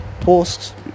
post